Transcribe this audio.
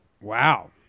Wow